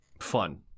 fun